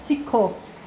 सिक्खो